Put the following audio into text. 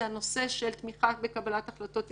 זה הנושא של תמיכה בקבלת החלטות הסכמית.